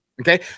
Okay